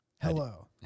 Hello